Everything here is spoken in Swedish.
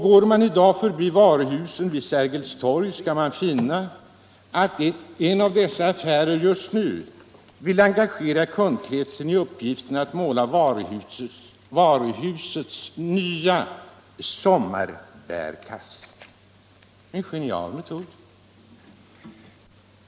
Går man i dag förbi varuhusen vid Sergels torg, skall man finna att ett av dessa varuhus just nu vill engagera kundkretsen i uppgiften att måla dess nya sommarbärkasse — en genial metod.